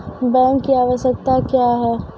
Bank की आवश्यकता क्या हैं?